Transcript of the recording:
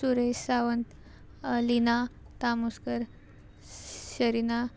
Suresh Sawant Leena Tamuskar Sharina